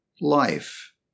life